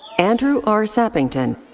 andrew r. sappington.